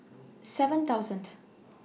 seven thousandth